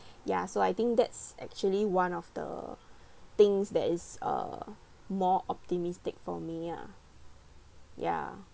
ya so I think that's actually one of the things that is uh more optimistic for me ah ya